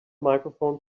microphone